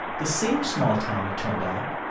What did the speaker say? the same small town, it turned out,